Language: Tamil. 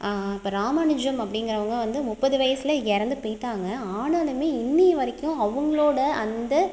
இப்போ ராமானுஜம் அப்படிங்கிறவங்க வந்து முப்பது வயசில் இறந்து போய்விட்டாங்க ஆனாலுமே இன்றைய வரைக்கும் அவங்களோட அந்த